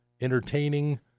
entertaining